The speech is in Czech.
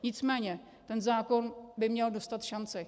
Nicméně ten zákon by měl dostat šanci.